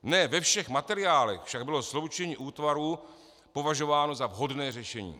Ne ve všech materiálech však bylo sloučení útvarů považováno za vhodné řešení.